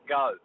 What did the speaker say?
go